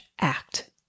act